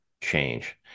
change